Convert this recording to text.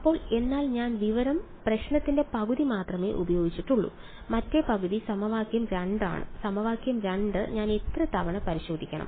അപ്പോൾ എന്നാൽ ഞാൻ വിവര പ്രശ്നത്തിന്റെ പകുതി മാത്രമേ ഉപയോഗിച്ചിട്ടുള്ളൂ മറ്റേ പകുതി സമവാക്യം 2 ആണ് സമവാക്യം 2 ഞാൻ എത്ര തവണ പരിശോധിക്കണം